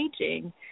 aging